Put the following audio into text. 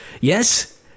yes